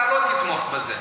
אתה לא תתמוך בזה.